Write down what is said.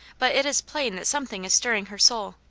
but it is plain that something is stirring her soul.